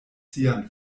sian